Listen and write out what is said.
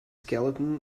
skeleton